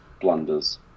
blunders